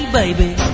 baby